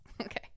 Okay